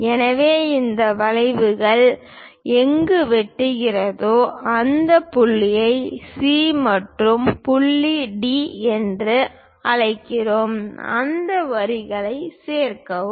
எனவே இந்த வளைவுகள் எங்கு வெட்டுகின்றனவோ அந்த புள்ளியை C மற்றும் புள்ளி D என்று அழைத்து அந்த வரிகளில் சேர்கிறோம்